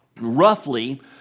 Roughly